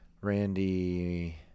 Randy